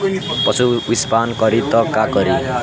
पशु विषपान करी त का करी?